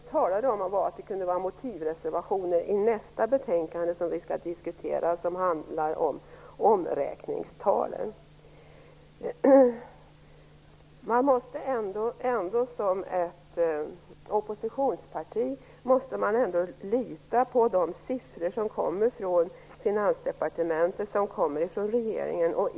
Vi talade om att det kunde vara motivreservationer i nästa betänkande som vi skall diskutera. Det handlar om omräkningstalen. Som oppositionsparti måste man ändå lita på de siffror som kommer från Finansdepartementet och regeringen.